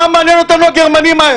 מה מעניין אותנו הגרמנים?